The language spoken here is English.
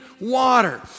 water